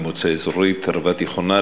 ממועצה אזורית ערבה תיכונה,